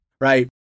right